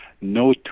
No